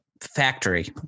factory